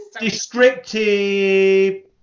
descriptive